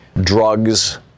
drugs